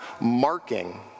marking